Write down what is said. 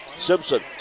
Simpson